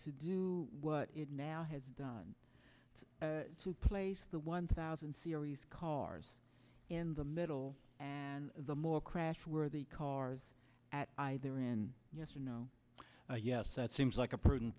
to do what it now has done to place the one thousand series call ours in the middle the more crashworthy cars at either in yes or no yes that seems like a prudent